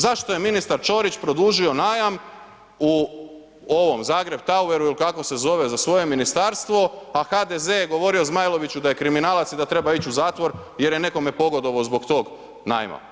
Zašto je ministar Čorić produžio najam u ovom Zagreb Tower ili kako se zove za svoje ministarstvo a HDZ je govorio Zmajloviću da je kriminalac i da treba ići u zatvor jer je nekome pogodovao zbog tog najma.